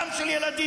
גם של ילדים?